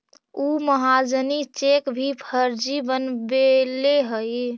उ महाजनी चेक भी फर्जी बनवैले हइ